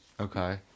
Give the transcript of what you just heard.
Okay